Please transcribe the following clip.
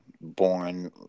born